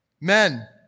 Men